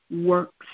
works